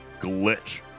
Glitch